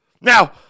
Now